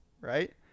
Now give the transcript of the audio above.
right